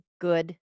good